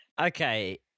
Okay